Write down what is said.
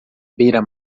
beira